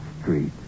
Street